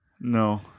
No